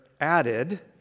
added